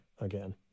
again